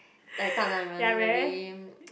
like 大男人 very